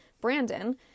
Brandon